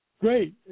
Great